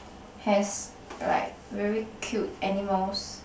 has like very cute animals